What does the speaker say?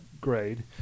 grade